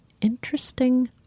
Interesting